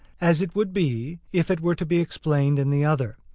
as it would be if it were to be explained in the other.